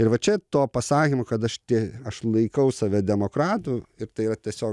ir va čia to pasakymo kad aš tie aš laikau save demokratu ir tai yra tiesiog